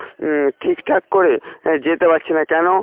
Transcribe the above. ঠিকঠাক করে যেতে পারছি না কেন